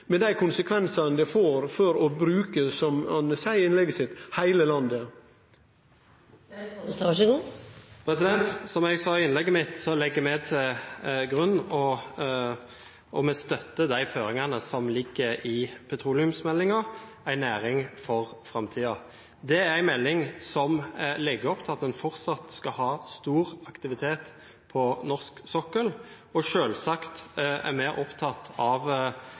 med dei konsekvensane det får for å bruke – som han seier i innlegget sitt – heile landet? Som jeg sa i innlegget mitt, legger vi til grunn og støtter de føringene som ligger i petroleumsmeldingen, En næring for framtida. Det er en melding som legger opp til at man fortsatt skal ha stor aktivitet på norsk sokkel, og selvsagt er vi opptatt av